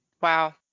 Wow